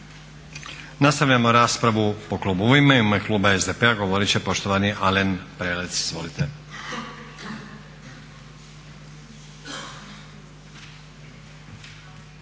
Nastavljamo raspravu po klubovima. U ime kluba SDP-a govorit će poštovani Alen Prelec. Izvolite.